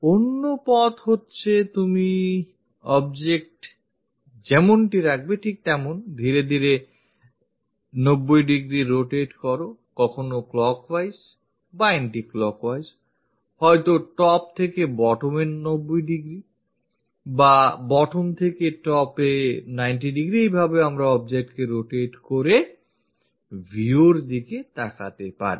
অন্য পথ হচ্ছে তুমি object যেমনটি রাখবে ঠিক তেমন ধীরে ধীরে 90 degree rotate করো কখনো clockwise বা anticlockwise অথবা হয়তো top থেকে bottom 90 degree বা bottom থেকে top 90 degree এইভাবেও আমরা objectকে rotate করে view র দিকে তাকাতে পারি